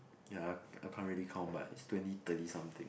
ya I I can't really count but it's twenty thirty something